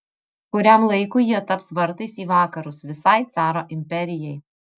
kuriam laikui jie taps vartais į vakarus visai caro imperijai